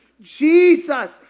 Jesus